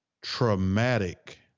traumatic